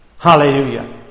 Hallelujah